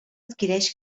adquireix